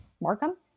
Markham